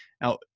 Now